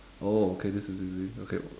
oh okay this is easy okay